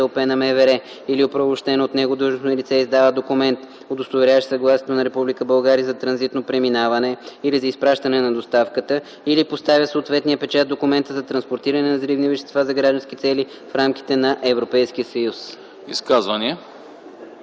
на МВР или упълномощено от него длъжностно лице издава документ, удостоверяващ съгласието на Република България за транзитно преминаване или за изпращане на доставката, или поставя съответния печат в документа за транспортиране на взривни вещества за граждански цели в рамките на Европейския съюз.”